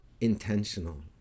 intentional